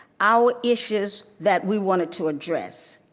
our issues that we wanted to address.